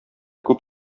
күп